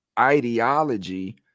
ideology